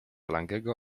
langego